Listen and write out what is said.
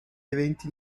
eventi